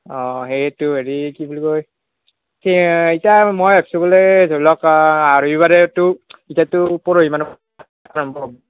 অ হেইটো হেৰি কি বুলি কয় কে এতিয়া মই ৰাসত গ'লে ধৰি লওক ৰবিবাৰেতো এতিয়াতো পৰহি মানে